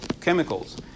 chemicals